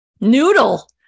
Noodle